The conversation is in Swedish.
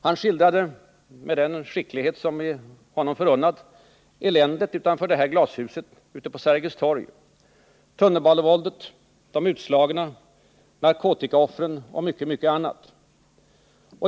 Han skildrade med den skicklighet som är honom förunnad eländet utanför det här glashuset, ute på Sergels torg, tunnelbanevåldet, situationen för de utslagna, problemet med narkotikaoffren och mycket annat.